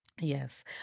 Yes